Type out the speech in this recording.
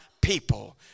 people